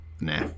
Nah